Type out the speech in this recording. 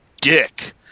dick